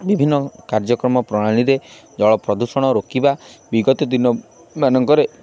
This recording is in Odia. ବିଭିନ୍ନ କାର୍ଯ୍ୟକ୍ରମ ପ୍ରଣାଳୀରେ ଜଳ ପ୍ରଦୂଷଣ ରୋକିବା ବିଗତ ଦିନ ମାନଙ୍କରେ